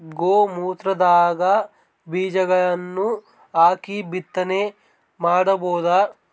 ಗೋ ಮೂತ್ರದಾಗ ಬೀಜಗಳನ್ನು ಹಾಕಿ ಬಿತ್ತನೆ ಮಾಡಬೋದ?